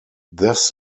this